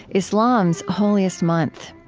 islam's holiest month.